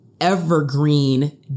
evergreen